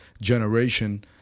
generation